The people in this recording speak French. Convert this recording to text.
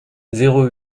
zéro